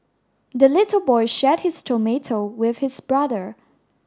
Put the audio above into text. the little boy shared his tomato with his brother